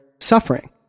suffering